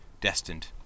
destined